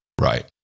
Right